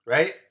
Right